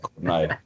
no